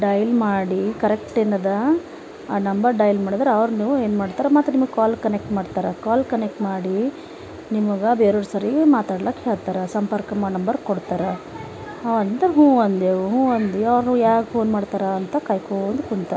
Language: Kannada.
ಡಯಲ್ ಮಾಡಿ ಕರೆಕ್ಟ್ ಏನದ ಆ ನಂಬರ್ ಡಯಲ್ ಮಾಡಿದ್ರ ಅವ್ರು ನೀವು ಏನು ಮಾಡ್ತಾರ ಮತ್ತು ನಿಮಗ ಕಾಲ್ ಕನೆಕ್ಟ್ ಮಾಡ್ತಾರ ಕಾಲ್ ಕನೆಕ್ಟ್ ಮಾಡಿ ನಿಮಗ ಬೇರೆಯವ್ರ ಸರಿ ಮಾತಾಡ್ಲಕ ಹೇಳ್ತಾರ ಸಂಪರ್ಕ ನಂಬರ್ ಕೊಡ್ತಾರ ಹಾಂ ಅಂತ ಹ್ಞೂ ಅಂದೆ ಹ್ಞೂ ಅಂದ ಅವರು ಯಾವಾಗ ಫೋನ್ ಮಾಡ್ತಾರ ಅಂತ ಕಾಯ್ಕೊಂಡು ಕುಂತ